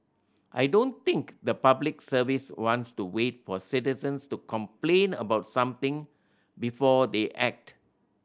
I don't think the Public Service wants to wait for citizens to complain about something before they act